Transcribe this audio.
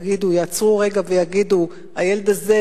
יעצרו רגע ויגידו: הילד הזה,